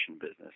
business